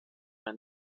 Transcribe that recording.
ein